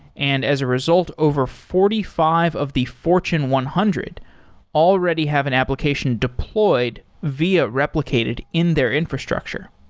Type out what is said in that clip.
and as a result, over forty five of the fortune one hundred already have an application deployed via replicated in their infrastructure.